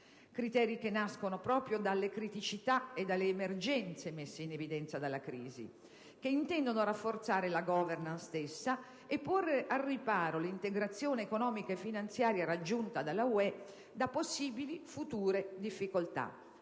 Criteri che nascono dalle criticità e dalle emergenze messe in evidenza dalla crisi, che intendono rafforzare la *governance* stessa e porre al riparo l'integrazione economica e finanziaria raggiunta dall'UE da possibili future difficoltà.